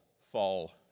fall